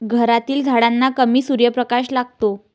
घरातील झाडांना कमी सूर्यप्रकाश लागतो